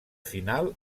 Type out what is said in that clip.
final